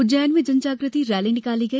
उज्जैन में जन जागृति रैली निकाली गई